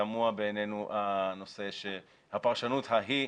תמוהה בעיננו הפרשנות ההיא,